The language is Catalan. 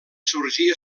sorgir